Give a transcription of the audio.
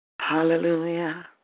Hallelujah